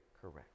correct